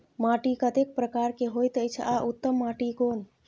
माटी कतेक प्रकार के होयत अछि आ उत्तम माटी कोन?